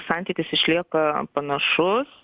santykis išlieka panašus